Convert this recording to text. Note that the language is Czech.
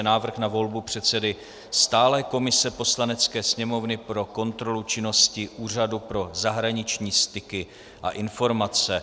Návrh na volbu předsedy stálé komise Poslanecké sněmovny pro kontrolu činnosti Úřadu pro zahraniční styky a informace